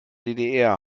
ddr